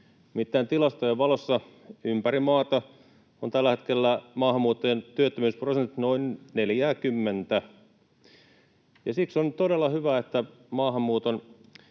Nimittäin tilastojen valossa ympäri maata on tällä hetkellä maahanmuuttajien työttömyysprosentti noin 40, ja siksi on todella hyvä, että maahanmuuttoa